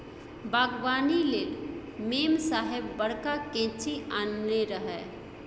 बागबानी लेल मेम साहेब बड़का कैंची आनने रहय